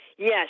Yes